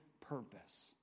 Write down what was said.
purpose